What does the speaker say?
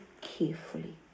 carefully